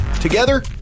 Together